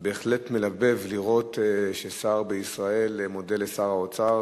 זה בהחלט מלבב לראות ששר בישראל מודה לשר האוצר.